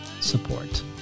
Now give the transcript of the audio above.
support